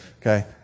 Okay